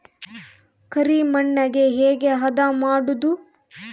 ಕರಿ ಮಣ್ಣಗೆ ಹೇಗೆ ಹದಾ ಮಾಡುದು?